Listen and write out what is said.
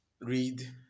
Read